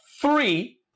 three